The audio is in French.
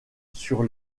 sur